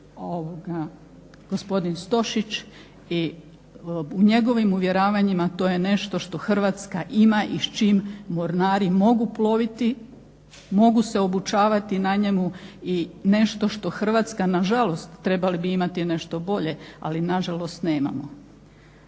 straže gospodin Stošić. I u njegovim uvjeravanjima to je nešto što Hrvatska ima i s čim mornari mogu ploviti, mogu se obučavati na njemu i nešto što Hrvatska na žalost, trebali bi imati nešto bolje, ali nažalost nemamo.